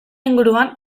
inguruan